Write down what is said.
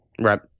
Right